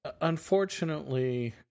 Unfortunately